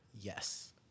Yes